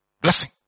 Blessing